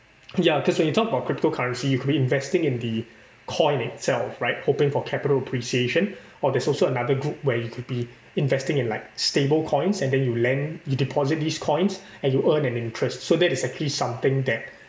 ya because when you talk about cryptocurrency you could be investing in the coin itself right hoping for capital appreciation or there's also another group where you could be investing in like stable coins and then you lend you deposit these coins and you earn an interest so that is actually something that